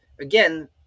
Again